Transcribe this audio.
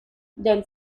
del